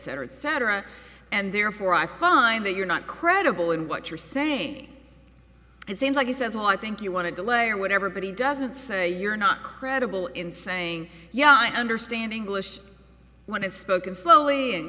cetera et cetera and therefore i find that you're not credible in what you're saying it seems like he says well i think you want to delay or whatever but he doesn't say you're not credible in saying yeah i understand english when i've spoken slowly and